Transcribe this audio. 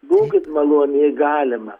būkit maloni galima